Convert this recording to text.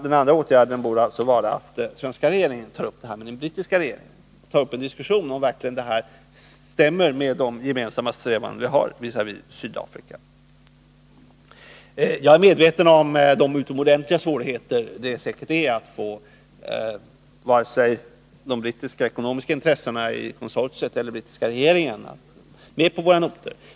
Den andra åtgärden borde vara att den svenska regeringen med den brittiska regeringen tar upp en diskussion om huruvida detta engagemang verkligen stämmer med de gemensamma strävanden som vi har visavi Sydafrika. Jag är medveten om de utomordentliga svårigheter som säkert finns när det gäller att få både de brittiska och de ekonomiska intressena i konsortiet och den brittiska regeringen med på våra noter.